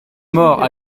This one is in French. mort